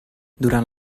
durant